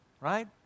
right